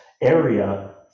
area